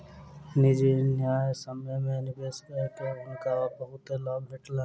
निजी न्यायसम्य में निवेश कअ के हुनका बहुत लाभ भेटलैन